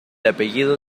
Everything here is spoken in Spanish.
apellido